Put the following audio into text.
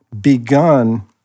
begun